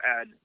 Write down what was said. add